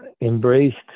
embraced